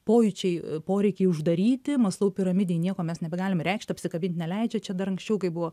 pojūčiai poreikiai uždaryti maslau piramidėj nieko mes nebegalim reikšti apsikabinti neleidžia čia dar anksčiau kaip buvo